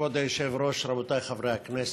כבוד היושב-ראש, רבותיי חברי הכנסת,